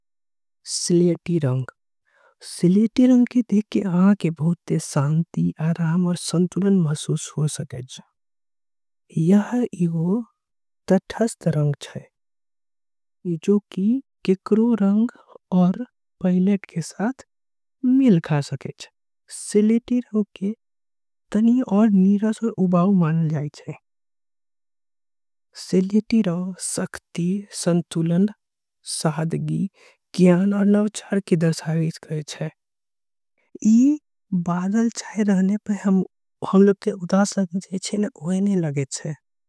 स्लेटी रंग के देख के आंख के बहुत शांति आऊ संतुलन। महसूस होय छे स्लेटी रंग मस्त रंग छीये स्लेटी रंग के। नीरस आऊ उबाऊ मने जाए छीये स्लेटी रंग सकती। संतुलन सादगी आऊ ज्ञान के कलर माने जाय छीये।